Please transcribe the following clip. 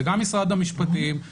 זה גם משרד המשפטים,